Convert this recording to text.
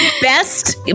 Best